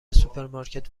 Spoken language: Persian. سوپرمارکت